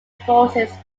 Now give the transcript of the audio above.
forces